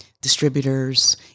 distributors